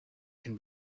can